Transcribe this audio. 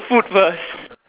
food first